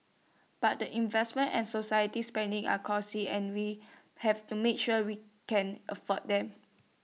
but the investments and society spending are costly and we have to make sure we can afford them